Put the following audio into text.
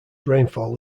rainfall